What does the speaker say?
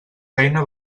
feina